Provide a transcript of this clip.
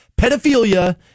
Pedophilia